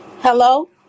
Hello